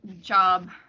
job